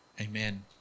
Amen